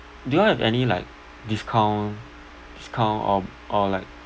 do you all have any like discount discount or or like